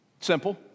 simple